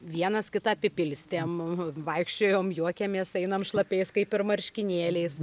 vienas kitą apipilstėm vaikščiojom juokėmės einam šlapiais kaip ir marškinėliais